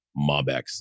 MobX